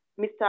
Mr